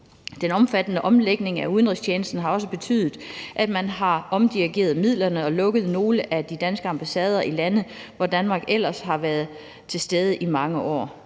Den omfattende omlægning af udenrigstjenesten har også betydet, at man har omdirigeret midlerne og lukket nogle af de danske ambassader i lande, hvor Danmark ellers har været til stede i mange år.